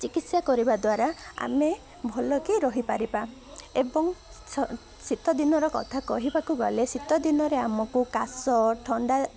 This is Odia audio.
ଚିକିତ୍ସା କରିବା ଦ୍ୱାରା ଆମେ ଭଲକି ରହିପାରିବା ଏବଂ ଶୀତ ଦିନର କଥା କହିବାକୁ ଗଲେ ଶୀତ ଦିନରେ ଆମକୁ କାଶ ଥଣ୍ଡା